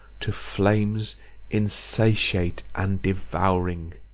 to flames insatiate and devouring.